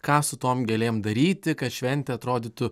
ką su tom gėlėm daryti kad šventė atrodytų